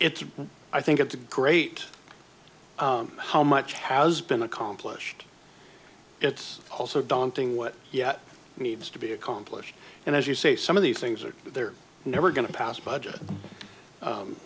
it's i think it's a great how much has been accomplished it's also daunting what yet needs to be accomplished and as you say some of these things are they're never going to pass a budget